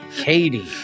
Katie